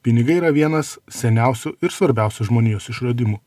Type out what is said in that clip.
pinigai yra vienas seniausių ir svarbiausių žmonijos išradimų